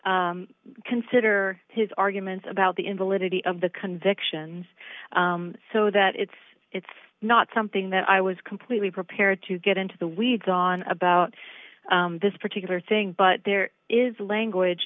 to consider his arguments about the invalidity of the convictions so that it's it's not something that i was completely prepared to get into the weeds on about this particular thing but there is language